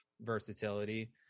versatility